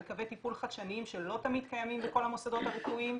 על קווי טיפול חדשניים שלא תמיד קיימים בכל המוסדות הרפואיים,